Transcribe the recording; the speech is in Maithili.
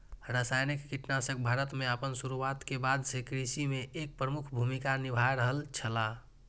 रासायनिक कीटनाशक भारत में आपन शुरुआत के बाद से कृषि में एक प्रमुख भूमिका निभाय रहल छला